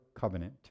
covenant